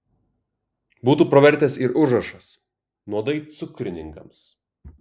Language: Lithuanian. būtų pravertęs ir užrašas nuodai cukrininkams